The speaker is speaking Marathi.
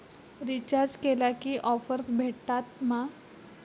रिचार्ज केला की ऑफर्स भेटात मा?